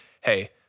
Hey